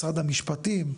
משרד המשפטים,